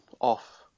off